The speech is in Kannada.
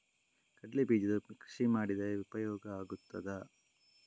ಕಡ್ಲೆ ಬೀಜದ ಕೃಷಿ ಮಾಡಿದರೆ ಉಪಯೋಗ ಆಗುತ್ತದಾ?